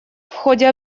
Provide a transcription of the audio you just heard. ходе